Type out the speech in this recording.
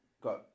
got